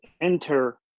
enter